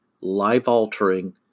life-altering